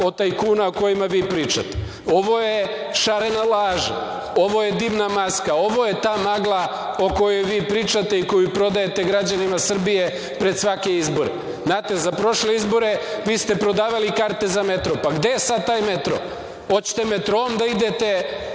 od tajkuna o kojima vi pričate. Ovo je šarena laža. Ovo je dimna maska. Ovo je ta magla o kojoj vi pričate i koju prodajete građanima Srbije pred svake izbore. Znate, za prošle izbore vi ste prodavali karte za metro. Pa gde je sad taj metro? Hoćete metroom da idete